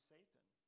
Satan